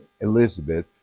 Elizabeth